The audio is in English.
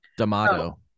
damato